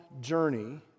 journey